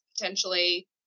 potentially